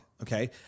okay